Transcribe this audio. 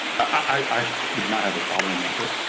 i would not have a problem with it.